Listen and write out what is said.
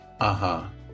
Aha